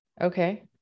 Okay